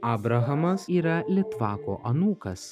abrahamas yra litvako anūkas